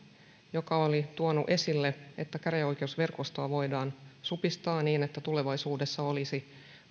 joka oli tuonut esille että käräjäoikeusverkostoa voidaan supistaa niin että tulevaisuudessa olisi